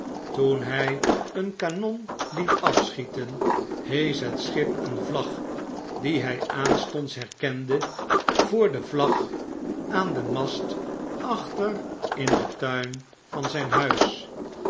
toen hy een kanon liet afschieten heesch het schip een vlag die hij aanstonds herkende voor de vlag aan den mast achter in den tuin van zijn huis